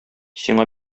сиңа